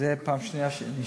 וזו הפעם השנייה שאני שם.